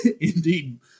indeed